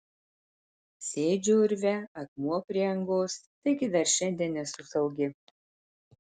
sėdžiu urve akmuo prie angos taigi dar šiandien esu saugi